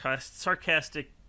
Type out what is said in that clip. sarcastic